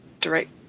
direct